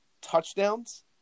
touchdowns